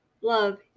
love